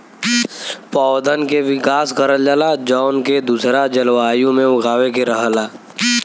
पौधन के विकास करल जाला जौन के दूसरा जलवायु में उगावे के रहला